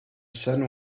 sun